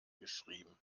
geschrieben